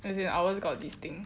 and ours got this thing